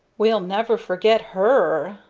we'll never forget her!